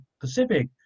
Pacific